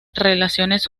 relaciones